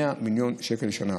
100 מיליון שקל לשנה.